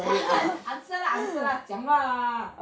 answer lah answer lah 讲 lah